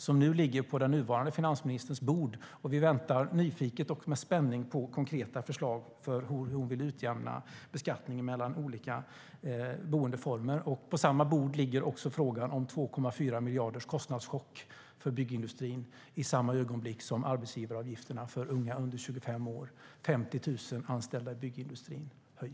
Dessa ligger nu på den nuvarande finansministerns bord, och vi väntar nyfiket och med spänning på konkreta förslag om hur hon vill utjämna beskattningen mellan olika boendeformer.